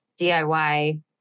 DIY